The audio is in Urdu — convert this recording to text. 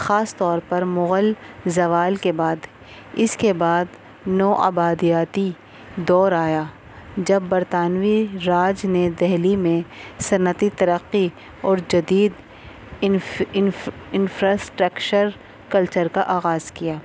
خاص طور پر مغل زوال کے بعد اس کے بعد نو آبادیاتی دور آیا جب برطانوی راج نے دہلی میں صنعتی ترقی اور جدید انف انف انفراسٹرکچر کلچر کا آغاز کیا